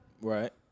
right